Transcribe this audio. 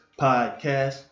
podcast